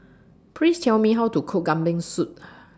Please Tell Me How to Cook Kambing Soup